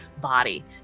body